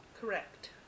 Correct